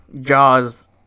Jaws